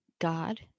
God